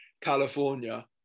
California